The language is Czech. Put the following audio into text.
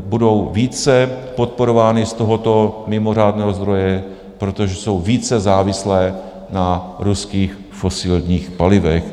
budou více podporovány z tohoto mimořádného zdroje, protože jsou více závislé na ruských fosilních palivech.